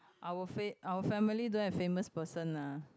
our fa~ our family don't have famous person lah